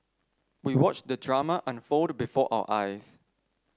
we watched the drama unfold before our eyes